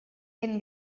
can